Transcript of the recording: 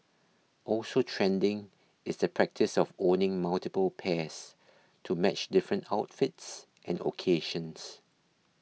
also trending is the practice of owning multiple pairs to match different outfits and occasions